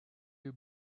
you